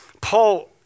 Paul